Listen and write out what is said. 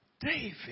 David